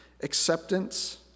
acceptance